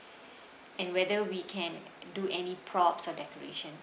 and whether we can do any props of decoration